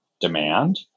demand